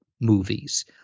movies